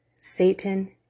Satan